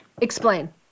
Explain